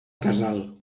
casal